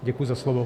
Děkuji za slovo.